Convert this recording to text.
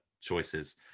choices